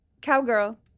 cowgirl